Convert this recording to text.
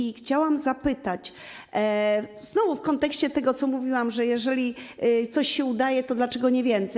I chciałabym zapytać znowu w kontekście tego, co mówiłam, że jeżeli coś się udaje, to dlaczego nie więcej.